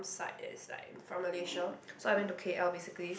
side is like from Malaysia so I went to K_L basically